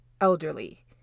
elderly